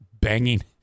banging